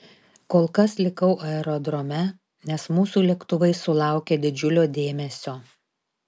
kol kas likau aerodrome nes mūsų lėktuvai sulaukė didžiulio dėmesio